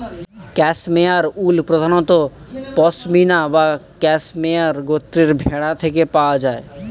cashmere wool প্রধানত পসমিনা বা cashmere গোত্রের ভেড়া থেকে পাওয়া যায়